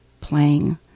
playing